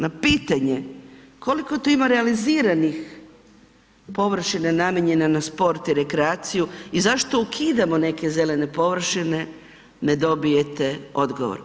Na pitanje koliko tu ima realiziranih površina namijenjena na sport i rekreaciju i zašto ukidamo neke zelene površine, ne dobijete odgovor.